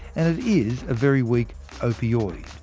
and it is a very weak opioid.